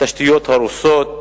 תשתיות הרוסות,